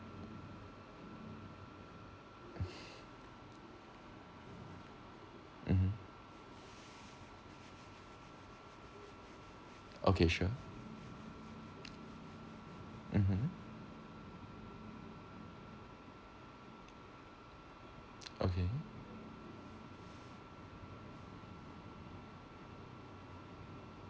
mmhmm okay sure mmhmm okay